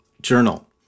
Journal